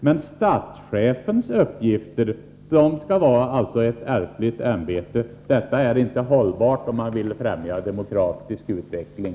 Men statschefens uppgifter skall alltså vila på ett ärftligt ämbete. Detta är inte hållbart om man vill främja en demokratisk utveckling.